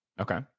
Okay